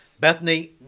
Bethany